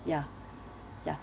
ya ya